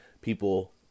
people